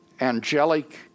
angelic